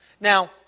Now